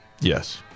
Yes